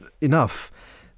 enough